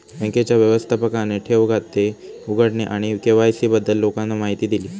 बँकेच्या व्यवस्थापकाने ठेव खाते उघडणे आणि के.वाय.सी बद्दल लोकांना माहिती दिली